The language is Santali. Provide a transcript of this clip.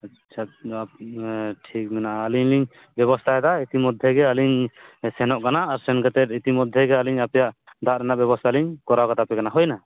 ᱟᱪᱪᱷᱟ ᱱᱚᱣᱟ ᱴᱷᱤᱠ ᱢᱮᱱᱟᱜᱼᱟ ᱟᱹᱞᱤᱧ ᱞᱤᱧ ᱵᱮᱵᱚᱥᱛᱟᱭᱮᱫᱟ ᱤᱛᱤ ᱢᱚᱫᱽᱫᱷᱮᱜᱮ ᱟᱹᱞᱤᱧ ᱥᱮᱱᱚᱜ ᱠᱟᱱᱟ ᱟᱨ ᱥᱮᱱ ᱠᱟᱛᱮ ᱤᱛᱤ ᱢᱚᱫᱽᱫᱷᱮ ᱜᱮ ᱟᱹᱞᱤᱧ ᱟᱯᱮᱭᱟᱜ ᱫᱟᱜ ᱨᱮᱱᱟᱜ ᱵᱮᱵᱚᱥᱛᱷᱟᱞᱤᱧ ᱠᱚᱨᱟᱣ ᱠᱟᱛᱟᱯᱮ ᱠᱟᱱᱟ ᱦᱩᱭᱮᱱᱟ